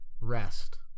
rest